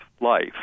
life